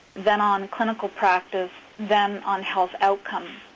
then on clinical practice, then on health outcomes.